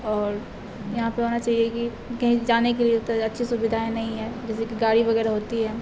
اور یہاں پہ ہونا چاہیے کہ کہیں جانے کے لیے تو اچھی سویدھائیں نہیں ہیں جیسے کہ گاڑی وغیرہ ہوتی ہے